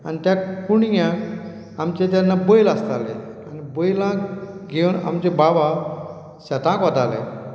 आनी त्या कुणग्याक आमचे जेन्ना बैल आसताले आनी बैलाक घेवन आमचे बाबा शेताक वताले